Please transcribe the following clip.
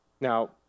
Now